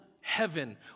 heaven